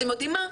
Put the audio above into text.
אתם יודעים מה,